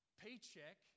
paycheck